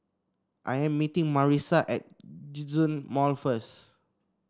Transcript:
I am meeting Marissa at Djitsun Mall first